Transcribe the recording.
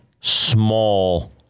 small